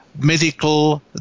medical